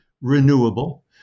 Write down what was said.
renewable